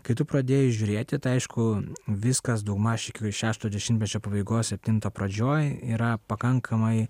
kai tu pradėjai žiūrėti tai aišku viskas daugmaž iki šešto dešimtmečio pabaigos septinto pradžioj yra pakankamai